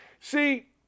See